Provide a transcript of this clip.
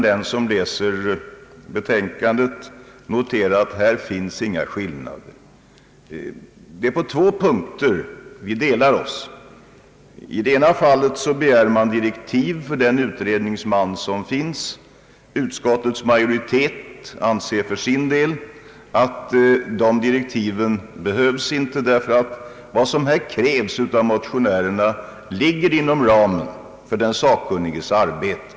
Den som läser betänkandet kan notera att där i sak inte föreligger några skillnader. Det är på två punkter meningarna är delade. I det ena fallet begär man direktiv för den utredningsman som finns. Utskottets majoritet an ser att dessa direktiv inte behövs, därför att vad som krävs av motionärerna ligger inom ramen för den sakkunniges arbete.